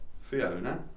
Fiona